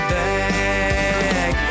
back